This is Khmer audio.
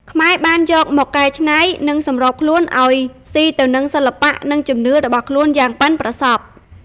ខ្មែរបានយកមកកែច្នៃ និងសម្របខ្លួនឱ្យស៊ីទៅនឹងសិល្បៈ និងជំនឿរបស់ខ្លួនយ៉ាងប៉ិនប្រសប់។